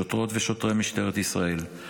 שוטרות ושוטרי משטרת ישראל,